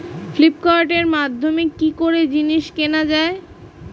ফ্লিপকার্টের মাধ্যমে কি করে জিনিস কেনা যায়?